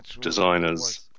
designers